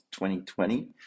2020